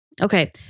Okay